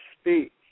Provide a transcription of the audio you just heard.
speak